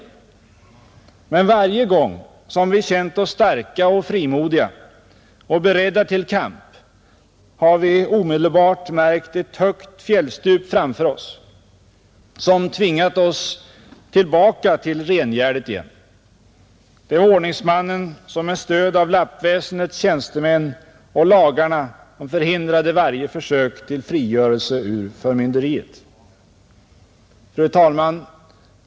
Men varje gång som vi känt oss starka och frimodiga och beredda till kamp, har vi omedelbart märkt ett högt fjällstup framför oss, som tvingat oss tillbaka till rengärdet igen. Det var ordningsmannen som med stöd av lappväsendets tjänstemän och lagarna förhindrade varje försök till frigörelse ur förmynderiet.” Fru talman!